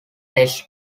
tests